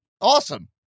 awesome